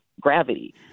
gravity